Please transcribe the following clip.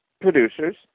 producers